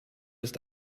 ist